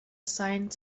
signs